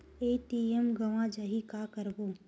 ATM गवां जाहि का करबो?